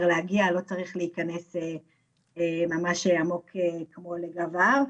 להגיע ולא צריך להיכנס ממש עמוק כמו במקרה של גב ההר.